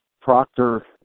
Proctor